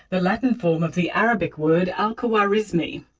the latin form of the arabic word al khwarizmi.